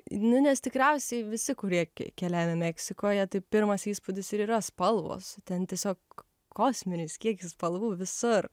nu nes tikriausiai visi kurie keliavę meksikoje tai pirmas įspūdis ir yra spalvos ten tiesiog kosminis kiekis spalvų visur